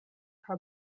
town